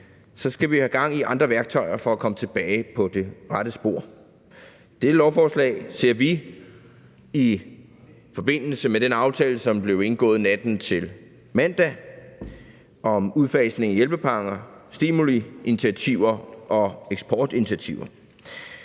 skal vi have gang i andre værktøjer for at komme tilbage på det rette spor. Dette lovforslag ser vi i forbindelse med den aftale, som blev indgået natten til mandag, om udfasning af hjælpepakker, stimuliinitiativer og eksportinitiativer.